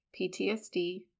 PTSD